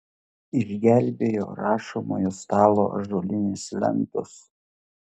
išgelbėjo rašomojo stalo ąžuolinės lentos